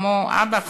כמו אבא,